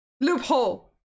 Loophole